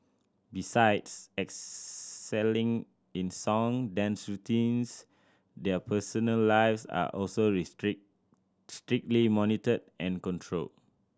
besides excelling in song dance routines their personal lives are also restrict strictly monitored and controlled